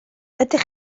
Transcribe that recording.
ydych